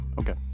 Okay